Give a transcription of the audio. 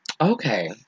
Okay